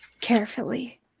carefully